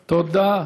תודה.